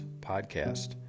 podcast